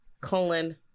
colon